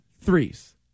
threes